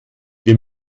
wir